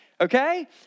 Okay